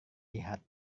lihat